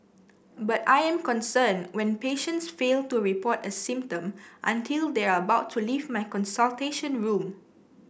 but I am concerned when patients fail to report a symptom until they are about to leave my consultation room